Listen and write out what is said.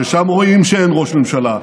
ששם רואים שאין ראש ממשלה,